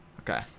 Okay